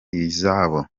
izabo